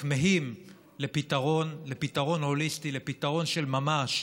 כמהים לפתרון הוליסטי, לפתרון של ממש,